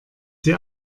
sie